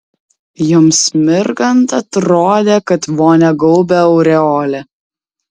joms mirgant atrodė kad vonią gaubia aureolė